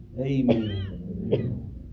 Amen